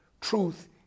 truth